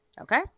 Okay